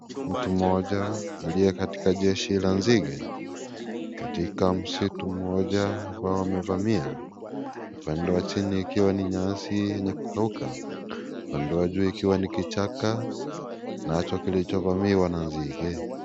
Mtu mmoja, aliye katika jezi la nzige, katika msitu moja ambao umevamiwa. Upande wa chini ikiwa ni nyasi yenye kukauka kando yake ikiwa ni kichaka nacho kilichovamiwa na nzige.